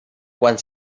quan